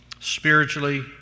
spiritually